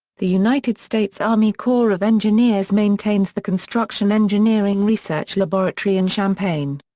the united states army corps of engineers maintains the construction engineering research laboratory in champaign.